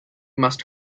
must